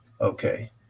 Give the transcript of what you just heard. okay